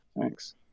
Thanks